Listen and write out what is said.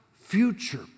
future